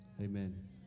Amen